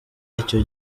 icyo